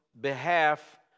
behalf